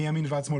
מימין ועד שמאל,